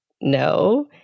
no